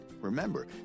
remember